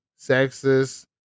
sexist